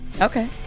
Okay